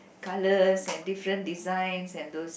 colours and different designs and those